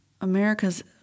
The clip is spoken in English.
America's